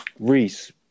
Reese